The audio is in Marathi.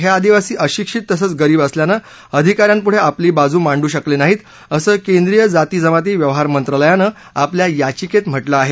हे आदिवासी अशिक्षित तसंच गरीब असल्यानं अधिका यांपुढे आपली बाजू मांडू शकले नाहीत असं केंद्रीय जाती जमाती व्यवहारमंत्रालयानं आपल्या याचिकेत म्हटलं आहे